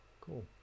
cool